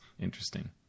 interesting